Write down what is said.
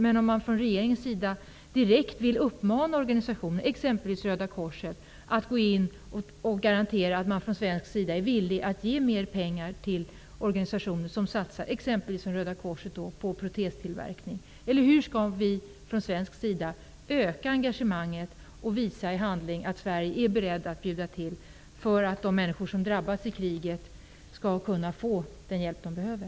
Uppmanar regeringen frivilliga organisationer som t.ex. Röda korset att garantera att vi från svensk sida är villiga att ge mer pengar till protestillverkning? Hur skall vi från svensk sida öka engagemanget och i handling visa att vi i Sverige är beredda att bjuda till för att de människor som drabbas i kriget skall kunna få den hjälp de behöver?